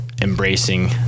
embracing